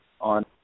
on